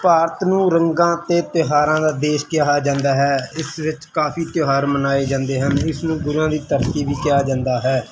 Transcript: ਭਾਰਤ ਨੂੰ ਰੰਗਾਂ ਅਤੇ ਤਿਉਹਾਰਾਂ ਦਾ ਦੇਸ਼ ਕਿਹਾ ਜਾਂਦਾ ਹੈ ਇਸ ਵਿੱਚ ਕਾਫੀ ਤਿਉਹਾਰ ਮਨਾਏ ਜਾਂਦੇ ਹਨ ਇਸਨੂੰ ਗੁਰੂਆਂ ਦੀ ਧਰਤੀ ਵੀ ਕਿਹਾ ਜਾਂਦਾ ਹੈ